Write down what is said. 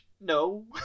No